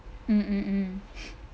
mm mm